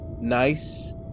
nice